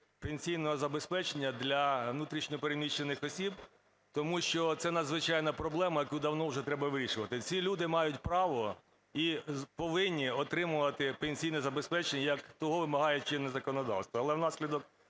пенсійного забезпечення для внутрішньо переміщених осіб, тому що це надзвичайна проблема, яку давно вже треба вирішувати. Ці люди мають право і повинні отримувати пенсійне забезпечення, як того вимагає чинне законодавство.